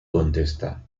contesta